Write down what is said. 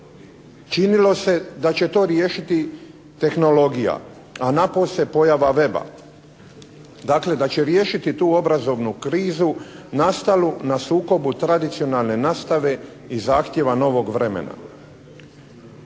Činilo se da će to riješiti tehnologija, a napose pojava web-a. Dakle da će riješiti tu obrazovnu krizu nastalu na sukobu tradicionalne nastave i zahtjeva novog vremena.